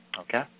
Okay